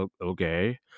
okay